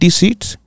seats